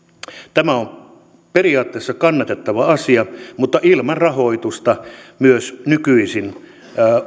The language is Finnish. tämä on periaatteessa kannatettava asia mutta ilman rahoitusta nykyisinkin